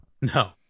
No